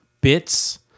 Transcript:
bits